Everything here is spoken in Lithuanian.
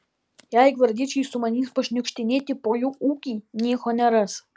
jei gvardiečiai sumanys pašniukštinėti po jų ūkį nieko neras